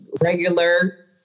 regular